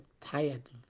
tired